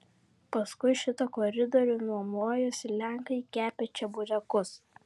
paskui šitą koridorių nuomojosi lenkai kepę čeburekus